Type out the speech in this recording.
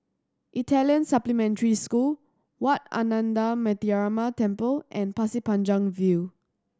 Italian Supplementary School Wat Ananda Metyarama Temple and Pasir Panjang View